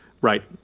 Right